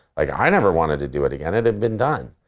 like i never wanted to do it again, it had been done.